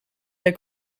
der